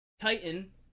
Titan